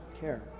care